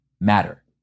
matter